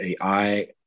ai